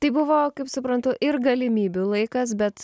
tai buvo kaip suprantu ir galimybių laikas bet